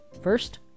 First